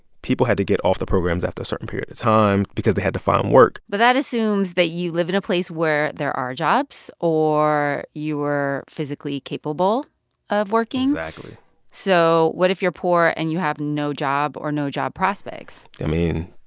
people had to get off the programs after a certain period of time because they had to find work but that assumes that you live in a place where there are jobs or you're physically capable of working exactly so what if you're poor, and you have no job or no job prospects? i mean,